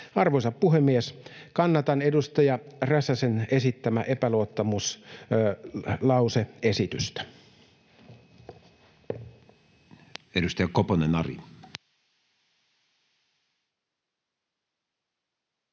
Arvoisa puhemies! Kannatan edustaja Räsäsen esittämää epäluottamuslause-esitystä. [Speech